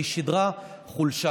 כי היא שידרה חולשה.